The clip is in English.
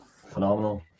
Phenomenal